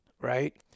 right